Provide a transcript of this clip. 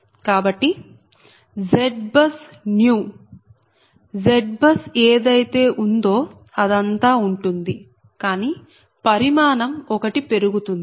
కాబట్టి ZBUSNEW ZBUS ఏదైతే ఉందో అదంతా ఉంటుంది కానీ పరిమాణం ఒకటి పెరుగుతుంది